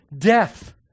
death